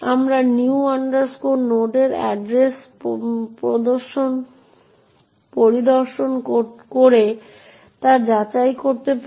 আমরা new node এর address পরিদর্শন করে তা যাচাই করতে পারি